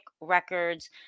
Records